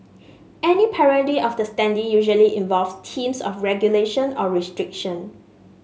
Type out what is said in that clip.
any parody of the standee usually involves themes of regulation or restriction